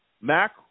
Mac